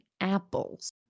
apples